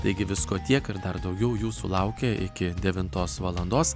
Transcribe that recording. taigi visko tiek ir dar daugiau jūsų laukia iki devintos valandos